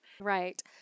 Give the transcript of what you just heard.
Right